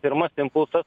pirmas impulsas